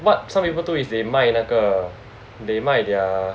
what some people do is they 卖那个 they 卖 their